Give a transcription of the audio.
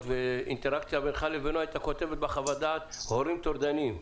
בינך לבינו הייתה כותבת "הורים טורדניים".